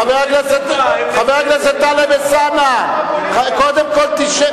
חבר הכנסת טלב אלסאנע, קודם כול תשב.